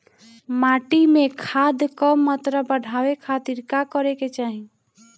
माटी में खाद क मात्रा बढ़ावे खातिर का करे के चाहीं?